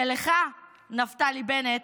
שלך, נפתלי בנט,